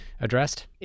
addressed